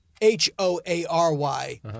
H-O-A-R-Y